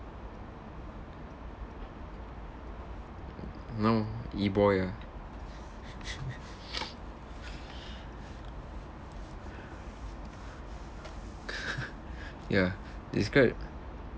no E boy ah ya describe